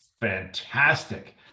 fantastic